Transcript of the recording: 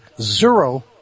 zero